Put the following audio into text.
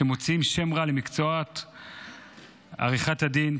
שמוציאים שם רע למקצוע עריכת הדין,